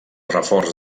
reforç